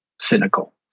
cynical